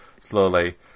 slowly